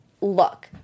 look